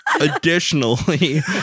Additionally